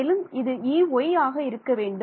மேலும் இது Ey ஆக இருக்க வேண்டும்